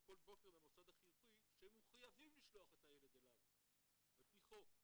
כל בוקר למוסד החינוכי שהם מחויבים לשלוח את הילד אליו על פי חוק.